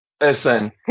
Listen